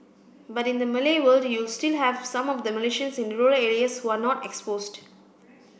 but in the Malay world you still have some of the Malaysians in the rural areas who are not exposed